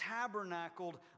tabernacled